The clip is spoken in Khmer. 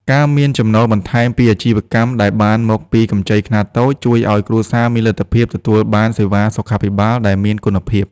ការមានចំណូលបន្ថែមពីអាជីវកម្មដែលបានមកពីកម្ចីខ្នាតតូច ជួយឱ្យគ្រួសារមានលទ្ធភាពទទួលបានសេវាសុខាភិបាលដែលមានគុណភាព។